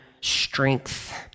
strength